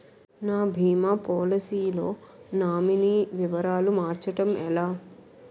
నా భీమా పోలసీ లో నామినీ వివరాలు మార్చటం ఎలా?